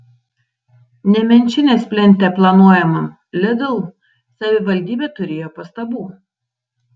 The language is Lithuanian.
nemenčinės plente planuojamam lidl savivaldybė turėjo pastabų